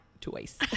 twice